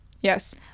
Yes